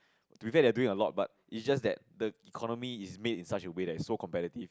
to that they doing a lot but is just that the economy is base in such a way that's so competitive